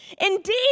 Indeed